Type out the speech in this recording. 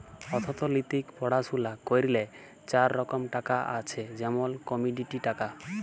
অথ্থলিতিক পড়াশুলা ক্যইরলে চার রকম টাকা আছে যেমল কমডিটি টাকা